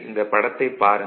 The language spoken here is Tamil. இந்தப் படத்தைப் பாருங்கள்